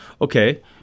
Okay